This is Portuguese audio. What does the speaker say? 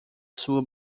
sua